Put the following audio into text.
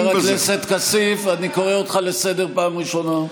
חבר הכנסת כסיף, אני קורא אותך לסדר פעם ראשונה.